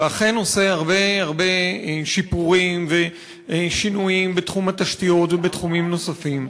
ואכן עושה הרבה הרבה שיפורים ושינויים בתחום התשתיות ובתחומים נוספים,